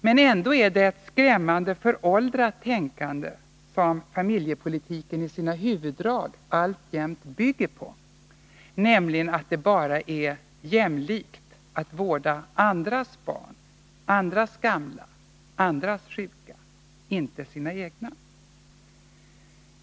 Men ändå är det ett skrämmande föråldrat tänkande som familjepolitiken i sina huvuddrag alltjämt bygger på, nämligen att det är jämlikt bara att vårda andras barn, andras gamla, andras sjuka, inte sina egna.